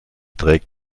trägt